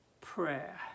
prayer